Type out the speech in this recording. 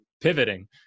pivoting